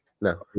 No